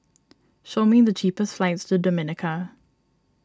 show me the cheapest flights to Dominica